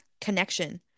connection